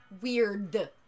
weird